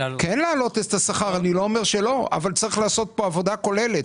אני לא אומר שלא, אבל צריך לעשות פה עבודה כוללת.